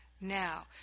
now